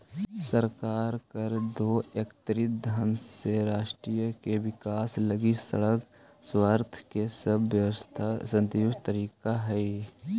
सरकार कर दो एकत्रित धन से राष्ट्र के विकास लगी सड़क स्वास्थ्य इ सब व्यवस्था सुदृढ़ करीइत हई